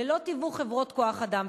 ללא תיווך חברות כוח-אדם,